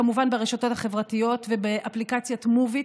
כמובן הרשתות החברתיות ובאפליקציית Moovit,